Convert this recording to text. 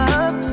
up